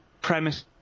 premise